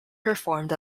performed